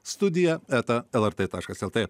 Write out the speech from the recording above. studija eta lrt taškas lt